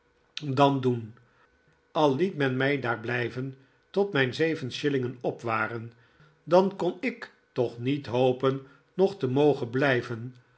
dan doen al liet men mij daar blijven tot mijn zeven shillingen op waren dan kon ik toch niet hopen nog te mogen blijven